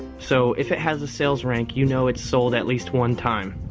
so if it has a sales rank, you know it's sold at least one time.